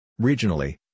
Regionally